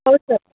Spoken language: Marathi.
हो सर